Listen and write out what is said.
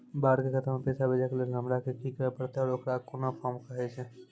बाहर के खाता मे पैसा भेजै के लेल हमरा की करै ला परतै आ ओकरा कुन फॉर्म कहैय छै?